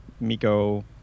Miko